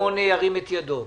ירים את ידו.